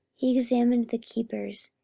he examined the keepers,